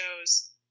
shows